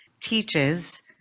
teaches